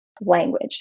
language